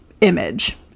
image